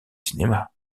cinéma